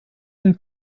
une